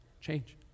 change